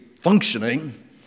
functioning